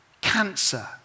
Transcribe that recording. Cancer